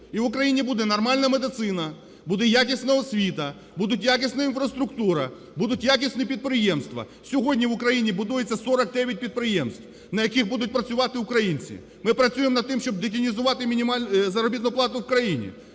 І в Україні буде нормальна медицина, буде якісна освіта, буде якісна інфраструктура, будуть якісні підприємства. Сьогодні в Україні будується 49 підприємств, на яких будуть працювати українці. Ми працюємо над тим, щобдетінізувати заробітну плату в країні.